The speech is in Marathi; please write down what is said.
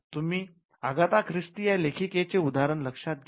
तुम्ही अगाथा ख्रिस्ती या लेखिकेचे उदाहरण लक्षात घ्या